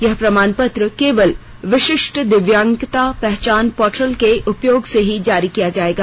यह प्रमाण पत्र केवल विशिष्ट दिव्यांगता पहचान पोर्टल के उपयोग से ही जारी किया जाएगा